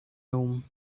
room